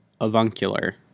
avuncular